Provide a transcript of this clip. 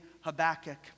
Habakkuk